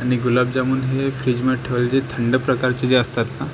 आणि गुलाबजामून हे फ्रीजमध्ये ठेवलं जे थंड प्रकारचे जे असतात ना